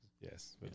Yes